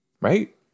Right